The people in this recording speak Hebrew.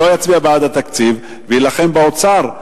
שלא יצביע בעד התקציב ויילחם באוצר,